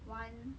one